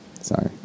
Sorry